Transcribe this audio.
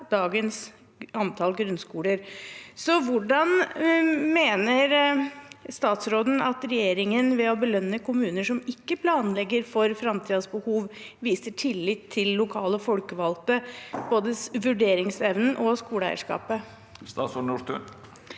dagens antall grunnskoler. Hvordan mener statsråden at regjeringen ved å belønne kommuner som ikke planlegger for framtidens behov, viser tillit til lokale folkevalgte, med tanke på både vurderingsevnen og skoleeierskapet?